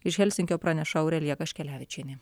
iš helsinkio praneša aurelija kaškelevičienė